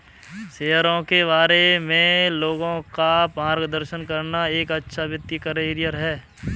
शेयरों के बारे में लोगों का मार्गदर्शन करना एक अच्छा वित्तीय करियर है